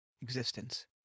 existence